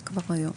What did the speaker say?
זה כבר היום.